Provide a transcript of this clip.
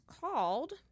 called